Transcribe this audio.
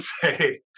say